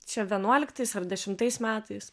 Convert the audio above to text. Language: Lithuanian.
čia vienuoliktais ar dešimtais metais